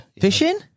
Fishing